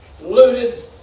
looted